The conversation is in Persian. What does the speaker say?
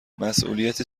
مسئولیت